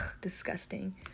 disgusting